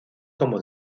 como